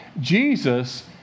Jesus